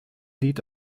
lied